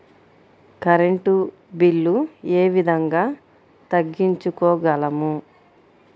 Current bill ఏ విధంగా తగ్గించుకోగలము?